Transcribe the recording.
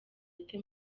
ate